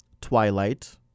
Twilight